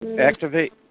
Activate